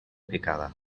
picada